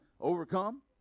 Overcome